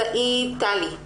שלום.